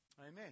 Amen